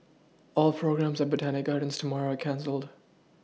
all programmes at Botanic Gardens tomorrow are cancelled